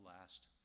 last